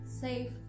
safe